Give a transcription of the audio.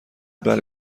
بله